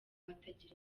atagira